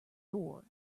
door